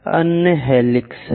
अन्य हेलिक्स हैं